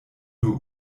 nur